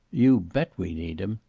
you bet we need him.